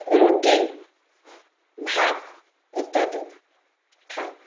ৰুটি ভাত ইত্যাদি খায়